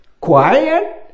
Quiet